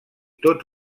tots